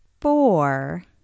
Four